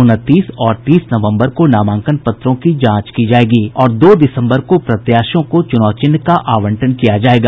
उनतीस और तीस नवम्बर को नामांकन पत्रों की जांच की जायेगी और दो दिसम्बर को प्रत्याशियों को चुनाव चिन्ह का आवंटन किया जायेगा